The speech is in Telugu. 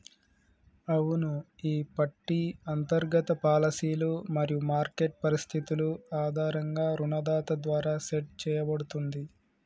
అవును ఈ పట్టి అంతర్గత పాలసీలు మరియు మార్కెట్ పరిస్థితులు ఆధారంగా రుణదాత ద్వారా సెట్ సేయబడుతుంది